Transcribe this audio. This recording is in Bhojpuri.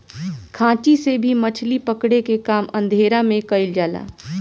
खांची से भी मछली पकड़े के काम अंधेरा में कईल जाला